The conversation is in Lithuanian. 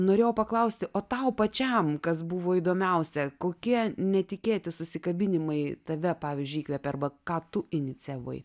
norėjau paklausti o tau pačiam kas buvo įdomiausia kokie netikėti susikabinimai tave pavyzdžiui įkvėpė arba ką tu inicijavai